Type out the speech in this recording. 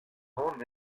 ran